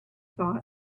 thought